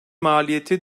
maliyeti